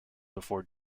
before